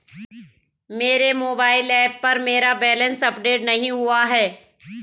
मेरे mobile app पर मेरा बैलेंस अपडेट नहीं हुआ है